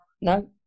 no